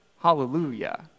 hallelujah